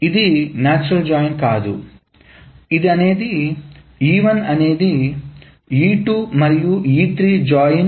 ఇది నాచురల్ జాయిన్కాదుఇది దీనికి సమానం